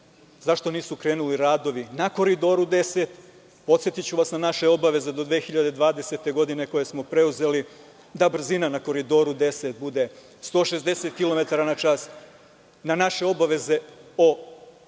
Zašto nisu krenuli radovi na Koridoru 10? Podsetiću vas, na naše obaveze do 2020. godine koje smo preuzeli da brzina na Koridoru 10 bude 160 kilometara na čas, na naše obaveze o